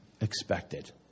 expected